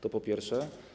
To po pierwsze.